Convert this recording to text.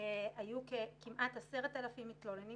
היו כמעט 10,000 מתלוננים